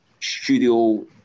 studio